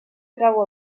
trau